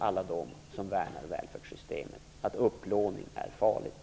Alla som värnar välfärdssystemet förstår också att upplåning är farligt.